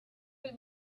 will